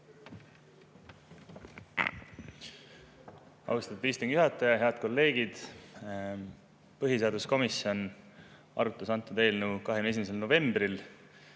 Austatud istungi juhataja! Head kolleegid! Põhiseaduskomisjon arutas antud eelnõu 21. novembril.